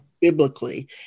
Biblically